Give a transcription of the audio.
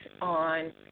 on